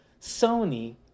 Sony